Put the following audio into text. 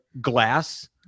glass